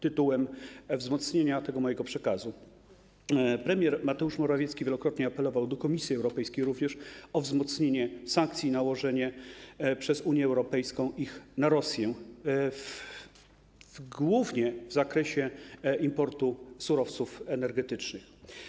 Tytułem wzmocnienia tego mojego przekazu, premier Mateusz Morawiecki wielokrotnie apelował do Komisji Europejskiej również o wzmocnienie sankcji i nałożenie ich przez Unię Europejską na Rosję, głównie w zakresie importu surowców energetycznych.